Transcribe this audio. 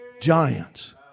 Giants